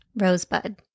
Rosebud